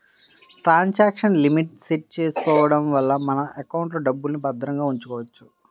transaction limit set చేసుకోడం వల్ల మన ఎకౌంట్లో డబ్బుల్ని భద్రంగా ఉంచుకోవచ్చు